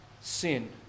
sin